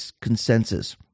consensus